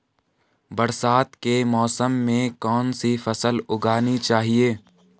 बरसात के मौसम में कौन सी फसल उगानी चाहिए?